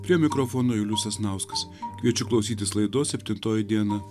prie mikrofono julius sasnauskas kviečiu klausytis laidos septintoji diena